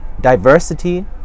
diversity